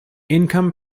income